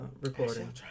recording